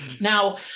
Now